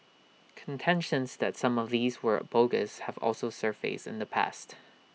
contentions that some of these were bogus have also surfaced in the past